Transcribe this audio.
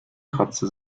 kratzte